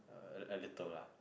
uh a a little lah